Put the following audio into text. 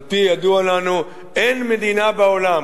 על-פי הידוע לנו אין מדינה בעולם